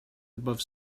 above